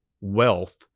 wealth